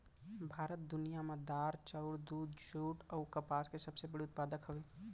भारत दुनिया मा दार, चाउर, दूध, जुट अऊ कपास के सबसे बड़े उत्पादक हवे